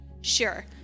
sure